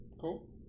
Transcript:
Cool